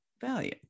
value